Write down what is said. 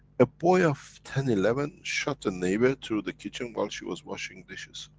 a boy of ten eleven, shot a neighbor through the kitchen while she was washing dishes.